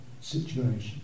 situation